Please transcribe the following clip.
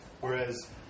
whereas